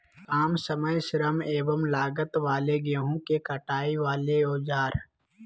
काम समय श्रम एवं लागत वाले गेहूं के कटाई वाले औजार?